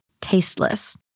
tasteless